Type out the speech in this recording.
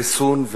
ריסון,